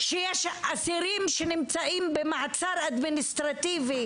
שיש אסירים שנמצאים במעצר אדמיניסטרטיבי,